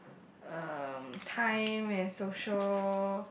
um time and social